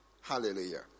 Hallelujah